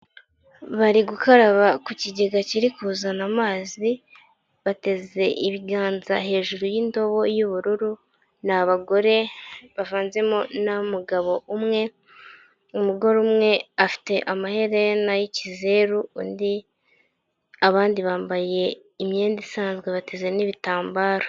Bari gukaraba ku kigega kiri kuzana amazi bateze ibiganza hejuru y'indobo y'ubururu ni abagore bavanzemo n'umugabo umwe umugore umwe afite amaherena y'ikizeru abandi bambaye imyenda isanzwe bateze n'ibitambaro.